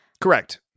Correct